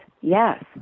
yes